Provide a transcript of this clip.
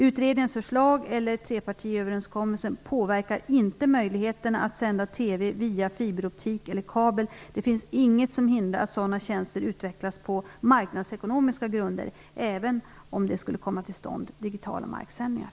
Utredningens förslag eller trepartiöverenskommelsen påverkar inte möjligheten att sända TV via fiberoptik eller kabel. Det finns ingenting som hindrar att sådana tjänster utvecklas på marknadsekonomiska grunder, även om det skulle komma till stånd digitala marksändningar.